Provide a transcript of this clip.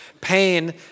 pain